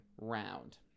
round